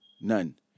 None